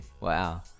Wow